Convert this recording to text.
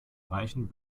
reichen